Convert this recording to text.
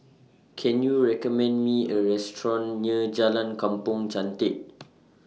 Can YOU recommend Me A Restaurant near Jalan Kampong Chantek